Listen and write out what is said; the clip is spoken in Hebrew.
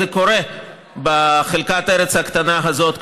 זה קורה בחלקת הארץ הקטנה הזאת,